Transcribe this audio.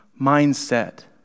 mindset